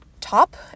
top